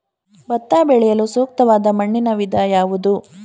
ಭತ್ತ ಬೆಳೆಯಲು ಸೂಕ್ತವಾದ ಮಣ್ಣಿನ ವಿಧ ಯಾವುದು?